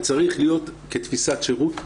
זה צריך להיות כתפיסת שירות,